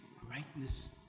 greatness